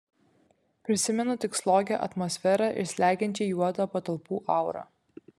prisimenu tik slogią atmosferą ir slegiančiai juodą patalpų aurą